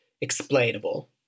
explainable